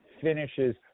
finishes